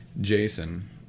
Jason